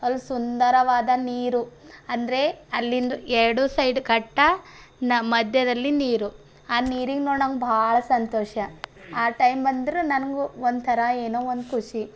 ಅಲ್ಲಿ ಸುಂದರವಾದ ನೀರು ಅಂದರೆ ಅಲ್ಲಿಂದು ಎರಡು ಸೈಡ್ ಘಟ್ಟನ ಮಧ್ಯದಲ್ಲಿ ನೀರು ಆ ನೀರಿನ ನೋಡೋಂಗೆ ಬಹಳ ಸಂತೋಷ ಆ ಟೈಮ್ ಬಂದ್ರೆ ನನಗೂ ಒಂಥರ ಏನೋ ಒಂದು ಖುಷಿ